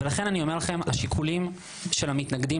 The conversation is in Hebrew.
לכן אני אומר לכם: השיקולים של המתנגדים